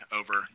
over